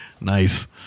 Nice